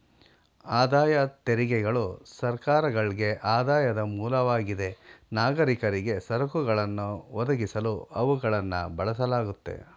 ಆದಾಯ ತೆರಿಗೆಗಳು ಸರ್ಕಾರಗಳ್ಗೆ ಆದಾಯದ ಮೂಲವಾಗಿದೆ ನಾಗರಿಕರಿಗೆ ಸರಕುಗಳನ್ನ ಒದಗಿಸಲು ಅವುಗಳನ್ನ ಬಳಸಲಾಗುತ್ತೆ